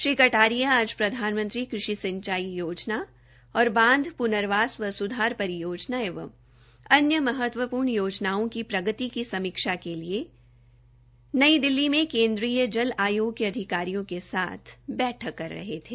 श्री क्टारिया आज प्रधानमंत्री कृषि सिंचाई योजना और बांध प्र्नवास व सुधार परियोजना एवं अन्य महत्वपूर्ण योजनाओं की प्रगति की समीक्षा के लिए नई दिल्ली में केन्द्रीय जल आायोग के अधिकारियों के साथ बैठक कर रहे थे